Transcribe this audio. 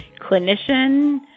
Clinician